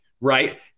right